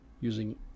using